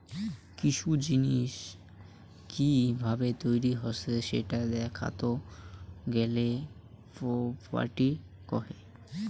কিসু জিনিস কি ভাবে তৈরী হসে সেটা দেখাত গেলে প্রপার্টি কহে